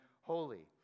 holy